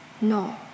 no